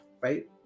right